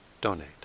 donate